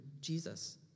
Jesus